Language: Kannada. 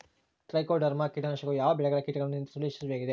ಟ್ರೈಕೋಡರ್ಮಾ ಕೇಟನಾಶಕವು ಯಾವ ಬೆಳೆಗಳ ಕೇಟಗಳನ್ನು ನಿಯಂತ್ರಿಸುವಲ್ಲಿ ಯಶಸ್ವಿಯಾಗಿದೆ?